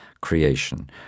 creation